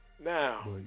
Now